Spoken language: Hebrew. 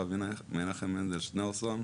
רבי מנחם מנדל שניאורסון,